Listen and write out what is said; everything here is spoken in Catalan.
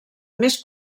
més